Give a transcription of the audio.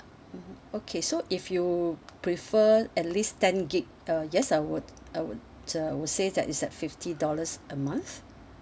mmhmm okay so if you prefer at least ten gig uh yes I would I would I would say that it's at fifty dollars a month